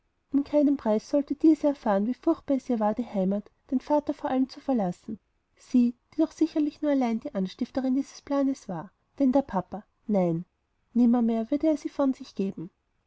um keinen preis sollte diese erfahren wie furchtbar es ihr war die heimat den vater vor allem zu verlassen sie die doch sicherlich nur allein die anstifterin dieses planes war denn der papa nein nimmermehr würde er sie von sich gegeben